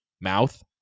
mouth